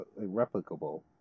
replicable